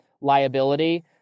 liability